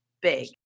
big